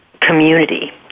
community